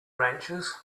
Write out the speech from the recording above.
ranchers